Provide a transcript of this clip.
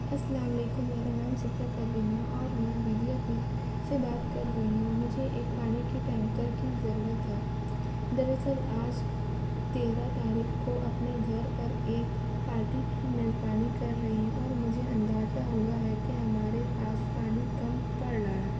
السلام علیکم میرا نام سوفیہ پروین ہے اور میں ودیا پیت سے بات کر رہی ہوں مجھے ایک پانی کی ٹینکر کی ضرورت ہے دراصل آج تیرہ تاریخ کو اپنے گھر پر ایک پارٹی کی میزبانی کر رہی ہوں اور مجھے اندازہ ہوا ہے کہ ہمارے پاس پانی کم پڑ رہا ہے